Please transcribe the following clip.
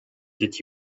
did